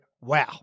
Wow